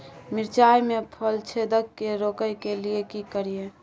मिर्चाय मे फल छेदक के रोकय के लिये की करियै?